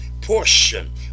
portion